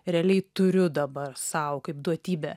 realiai turiu dabar sau kaip duotybę